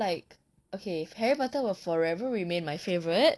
like okay harry potter will forever remain my favourite